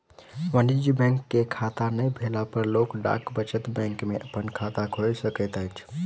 वाणिज्य बैंक के खाता नै भेला पर लोक डाक बचत बैंक में अपन खाता खोइल सकैत अछि